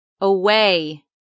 away